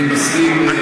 אני מסכים.